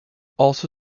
also